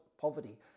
poverty